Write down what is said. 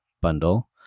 bundle